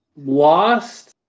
Lost